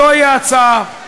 זו ההצעה,